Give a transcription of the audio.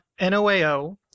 NOAO